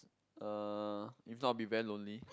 uh if not I will be very lonely